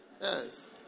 Yes